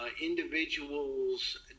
individuals